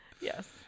Yes